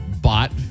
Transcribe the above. bought